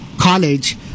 college